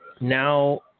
Now